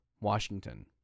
Washington